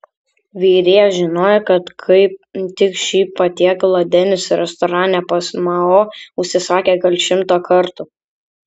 virėjas žinojo kad kaip tik šį patiekalą denis restorane pas mao užsisakė gal šimtą kartų